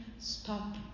stop